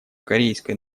корейской